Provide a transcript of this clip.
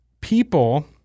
people